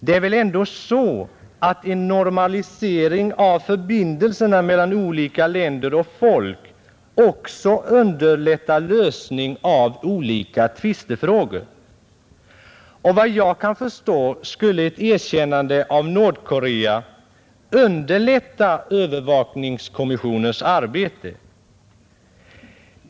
Det är väl ändock så att en normalisering av förbindelserna mellan olika länder och folk också underlättar en lösning av olika tvistefrågor. Vad jag kan förstå skulle ett erkännande av Nordkorea underlätta övervakningskommissionens arbete.